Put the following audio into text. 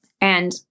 And-